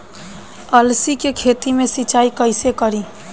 अलसी के खेती मे सिचाई कइसे करी?